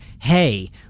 hey